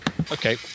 Okay